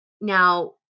now